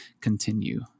continue